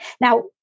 Now